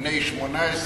בני 18,